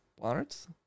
parts